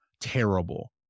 terrible